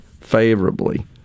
favorably